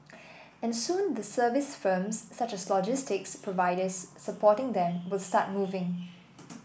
and soon the service firms such as logistics providers supporting them will start moving